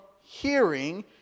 hearing